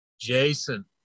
Jason